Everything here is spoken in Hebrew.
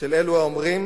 של אלו האומרים: